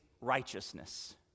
righteousness